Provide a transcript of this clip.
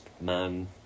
man